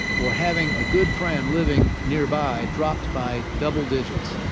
or having a good friend living nearby dropped by double digits.